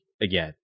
again